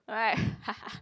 right